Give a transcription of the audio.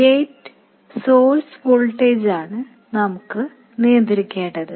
gate source വോൾട്ടേജാണ് നമുക്ക് നിയന്ത്രിക്കേണ്ടത്